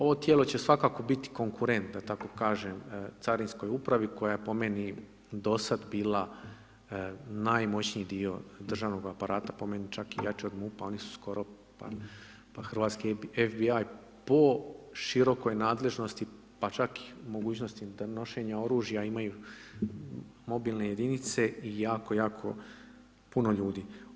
Ovo tijelo će svakako biti konkurentno da tako kažem, Carinskoj upravi koja je po meni do sada bila najmoćniji dio državnog aparata, po meni čak i jači od MUP-a, oni su skoro pa hrvatski FBI po širokoj nadležnosti, pa čak mogućnosti nošenja oružja imaju mobilne jedinice i jako, jako puno ljudi.